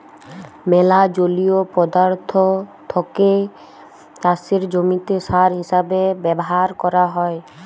ম্যালা জলীয় পদাথ্থকে চাষের জমিতে সার হিসেবে ব্যাভার ক্যরা হ্যয়